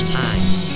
times